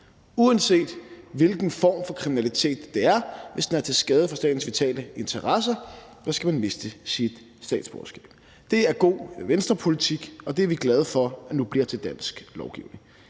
uanset hvilken form for kriminalitet det er: Hvis den er til skade for statens vitale interesser, skal man miste sit statsborgerskab. Det er god Venstrepolitik, og det er vi glade for nu bliver til dansk lovgivning.